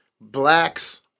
Blacks